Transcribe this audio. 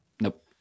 Nope